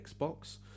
Xbox